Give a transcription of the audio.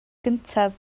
gyntaf